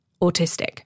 autistic